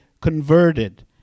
converted